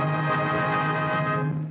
um